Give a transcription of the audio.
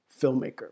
filmmaker